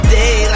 day